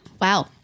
Wow